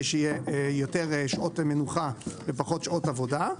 שיהיו יותר שעות מנוחה ופחות שעות עבודה,